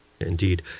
indeed.